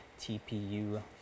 TPU